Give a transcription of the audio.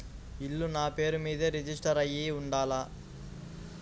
ఇల్లు నాపేరు మీదే రిజిస్టర్ అయ్యి ఉండాల?